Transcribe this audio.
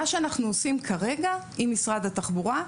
מה שאנחנו עושים כרגע עם משרד התחבורה,